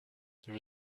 there